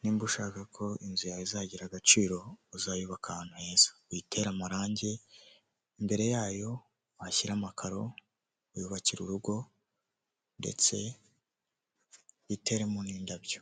Nimba ushaka ko inzu yawe izagira agaciro uzayubake ahantu heza, uyitere amarangi, imbere yayo uhashyira amakaro, uyubakire urugo ndetse iterimo n'indabyo